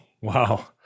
Wow